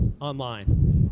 online